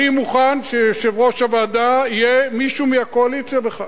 אני מוכן שיושב-ראש הוועדה יהיה מישהו מהקואליציה בכלל.